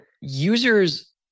users